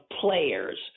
players